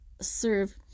serve